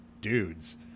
dudes